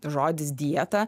žodis dieta